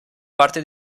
parte